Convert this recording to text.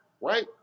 right